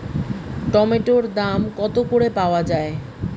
টমেটোর দাম কত করে পাওয়া যায়?